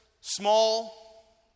small